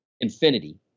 Infinity